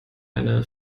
eine